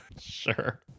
sure